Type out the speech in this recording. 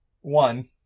one